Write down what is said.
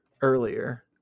earlier